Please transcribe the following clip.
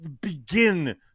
begin